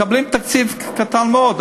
מקבלים תקציב קטן מאוד,